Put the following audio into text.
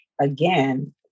again